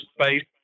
space